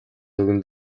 өгнө